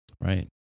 right